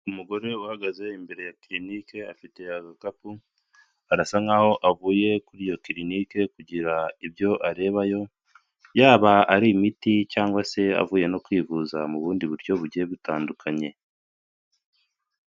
Umugore uhagaze imbere ya kirinike, afite agakapu, arasa nkaho avuye kuri iyo kirinike kugira ibyo arebayo, yaba ari imiti cyangwa se avuye no kwivuza mu bundi buryo bugiye butandukanye.